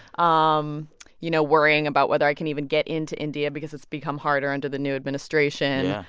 um you know, worrying about whether i can even get into india because it's become harder under the new administration.